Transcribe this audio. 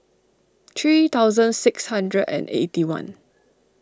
three thousand six hundred and eighty one